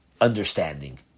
understanding